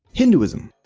hinduism,